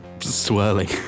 swirling